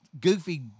goofy